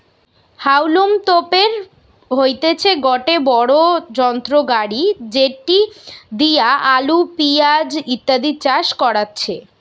হাউলম তোপের হইতেছে গটে বড়ো যন্ত্র গাড়ি যেটি দিয়া আলু, পেঁয়াজ ইত্যাদি চাষ করাচ্ছে